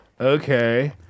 okay